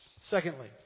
Secondly